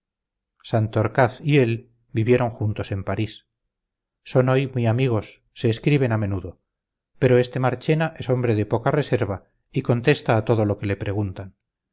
gentuza santorcaz y él vivieron juntos en parís son hoy muy amigos se escriben a menudo pero este marchena es hombre de poca reserva y contesta a todo lo que le preguntan